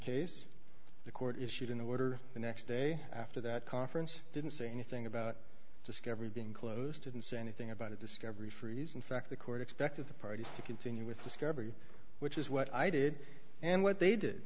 case the court issued an order the next day after that conference didn't say anything about discovery being closed didn't say anything about a discovery freeze in fact the court expected the parties to continue with discovery which is what i did and what they did